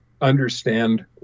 understand